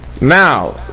Now